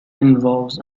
involves